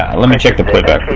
ah let me check the playback.